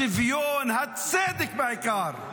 השוויון, בעיקר הצדק,